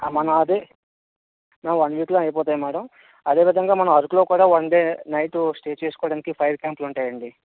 మన అదే ma'am one వీక్లో అయిపోతాయి మ్యాడమ్ అదే విధంగా మన అరకులో కూడా వన్ డే నైటు స్టే చేసుకోడానికి ఫైర్ క్యాంపులు ఉంటాయండి